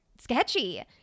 sketchy